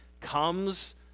comes